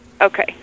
Okay